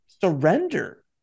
surrender